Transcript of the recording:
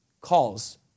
calls